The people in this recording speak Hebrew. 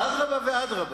אדרבה ואדרבה.